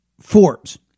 Forbes